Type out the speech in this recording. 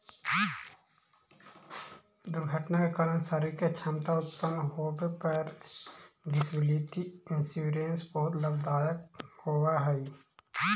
दुर्घटना के कारण शारीरिक अक्षमता उत्पन्न होवे पर डिसेबिलिटी इंश्योरेंस बहुत लाभदायक होवऽ हई